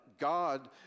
God